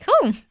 Cool